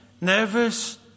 nervous